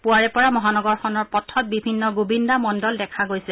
পুৱাৰে পৰা মহানগৰখনৰ পথত বিভিন্ন গোবিন্দা মণ্ডল দেখা গৈছে